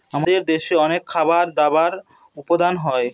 আমাদের দেশে অনেক খাবার দাবার উপাদান হয়